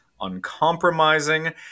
uncompromising